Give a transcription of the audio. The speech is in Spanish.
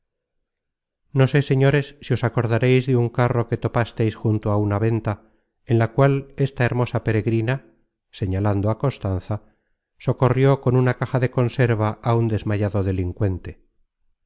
señores si os acordareis de un carro que topasteis junto a una venta en la cual esta hermosa peregrina señalando á constanza socorrió con una caja de conserva á un desmayado delincuente